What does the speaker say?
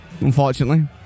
unfortunately